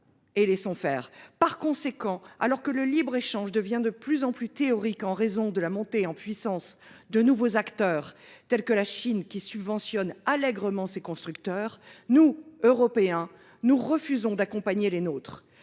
et laissons faire. Par conséquent, alors que le libre-échange devient de plus en plus théorique en raison de la montée en puissance de nouveaux acteurs tels que la Chine qui subventionne allègrement ses constructeurs, nous, Européens, nous refusons d'accompagner les nôtres.